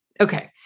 Okay